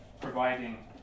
providing